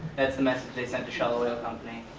that is the message they sent the shell oil company.